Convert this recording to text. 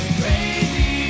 crazy